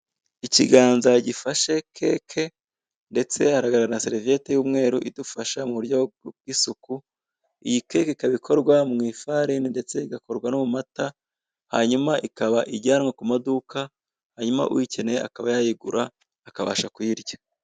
Ikiganza gifashe keke ndetse haragaragara na seriveyete y'umweru idufasha mu buryo bw'isuku, iyi keke ikaba ikorwa mu ifarini ndetse igakorwa no mu mata, hanyuma ikaba ijyanwa ku maduka, hanyuma uyikeneye akaba yayigura akabasha kuyirya.